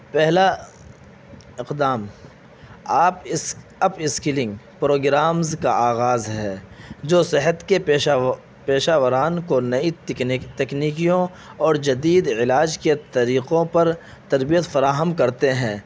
پہلا اقدام آپ اس اپ اسکلنگ پروگرامز کا آغاز ہے جو صحت کے پیشہ پیشہ وران کو نئی تکنیکیوں اور جدید علاج کے طریقوں پر تربیت فراہم کرتے ہیں